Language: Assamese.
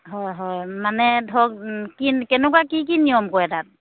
হয় হয় মানে ধৰক কি কেনেকুৱা কি কি নিয়ম কৰে তাত